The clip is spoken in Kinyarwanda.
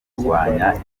kurwanya